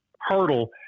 hurdle